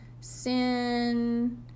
sin